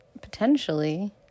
Potentially